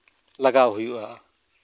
ᱞᱟᱜᱟᱣ ᱦᱩᱭᱩᱜᱼᱟ